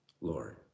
Lord